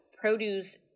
produce